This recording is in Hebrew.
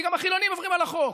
כי גם החילונים עוברים על החוק.